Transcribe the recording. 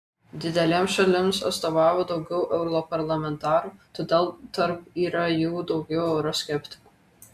didelėms šalims atstovauja daugiau europarlamentarų todėl tarp yra jų daugiau euroskeptikų